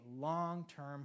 long-term